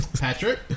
Patrick